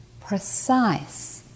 precise